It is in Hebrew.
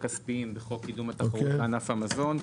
הכספיים בתחום קידום התחרות בענף המזון.